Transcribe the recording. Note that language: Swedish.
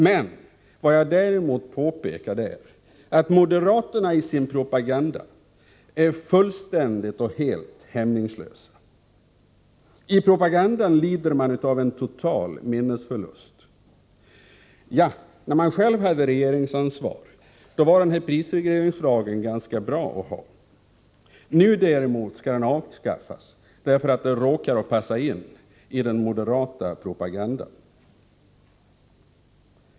Men vad jag däremot vill påpeka är att moderaterna i sin propaganda är fullständigt och helt hämningslösa. I propagandan lider man av en total minnesförlust. När man själv hade regeringsansvar var den här prisregleringslagen ganska bra att ha. Nu däremot skall den avskaffas, därför att det råkar passa in i den moderata propagandan.